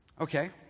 Okay